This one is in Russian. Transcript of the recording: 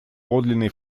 подлинный